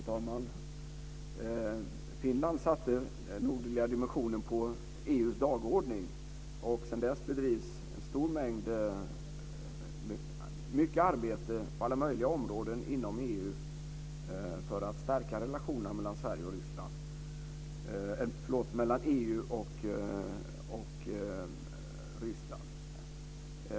Fru talman! Finland satte den nordliga dimensionen på EU:s dagordning. Sedan dess bedrivs mycket arbete på alla möjliga områden inom EU för att stärka relationerna mellan EU och Ryssland.